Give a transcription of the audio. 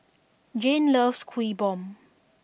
Jayne loves Kuih Bom